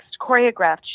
choreographed